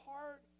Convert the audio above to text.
heart